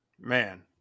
man